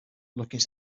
looking